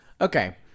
okay